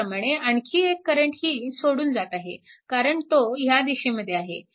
त्याचप्रमाणे आणखी एक करंटही सोडून जात आहे कारण तो ह्या दिशेमध्ये आहे